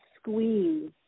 squeeze